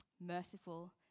Merciful